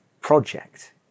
project